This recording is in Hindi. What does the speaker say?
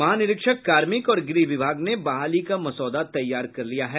महानिरीक्षक कार्मिक और गृह विभाग ने बहाली का मसौदा तैयार कर लिया है